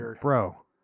bro